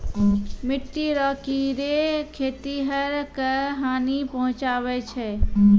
मिट्टी रो कीड़े खेतीहर क हानी पहुचाबै छै